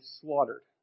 slaughtered